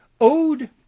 Ode